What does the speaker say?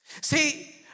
See